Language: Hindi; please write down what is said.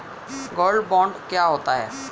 गोल्ड बॉन्ड क्या होता है?